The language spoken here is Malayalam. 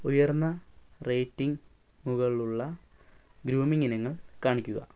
ഉയർന്ന റേറ്റിംഗുകളുള്ള ഗ്രൂമിംഗ് ഇനങ്ങൾ കാണിക്കുക